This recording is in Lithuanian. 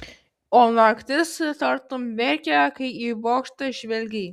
o naktis tartum verkė kai į bokštą žvelgei